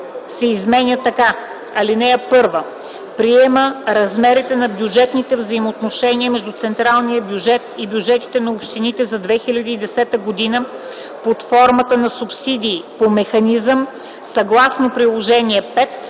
ал. 1 се изменя така: „(1) Приема размерите на бюджетните взаимоотношения между централния бюджет и бюджетите на общините за 2010 г. под формата на субсидии по механизъм, съгласно Приложение №